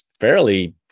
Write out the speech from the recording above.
fairly